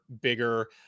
bigger